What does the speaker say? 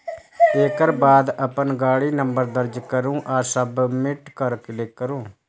एकर बाद अपन गाड़ीक नंबर दर्ज करू आ सबमिट पर क्लिक करू